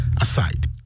aside